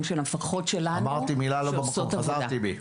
של המפקחות שלנו --- אמרתי מילה לא במקום חזרתי בי.